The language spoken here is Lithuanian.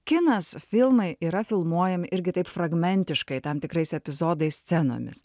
kinas filmai yra filmuojami irgi taip fragmentiškai tam tikrais epizodais scenomis